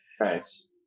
Nice